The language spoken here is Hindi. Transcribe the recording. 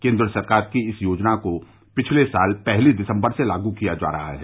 केन्द्र सरकार की इस योजना को पिछले साल पहली दिसम्बर से लागू किया जा रहा है